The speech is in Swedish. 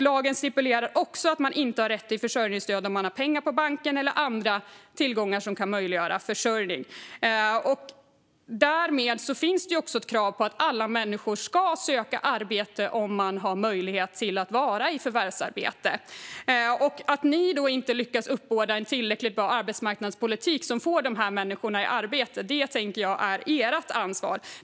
Lagen stipulerar också att man inte har rätt till försörjningsstöd om man har pengar på banken eller andra tillgångar som kan möjliggöra försörjning. Därmed finns också ett krav på att alla människor ska söka arbete om de har möjlighet att förvärvsarbeta. Att ni inte lyckas uppbåda en tillräckligt bra arbetsmarknadspolitik som får människor i arbete är ert ansvar.